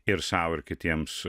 ir sau ir kitiems